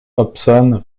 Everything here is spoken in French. hobson